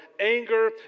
anger